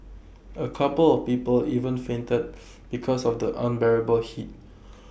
A couple of people even fainted because of the unbearable heat